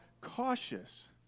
cautious